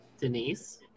Denise